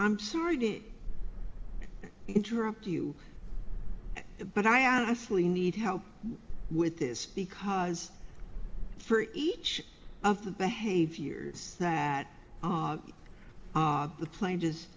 i'm sorry to interrupt you but i honestly need help with this because for each of the behaviors that the plane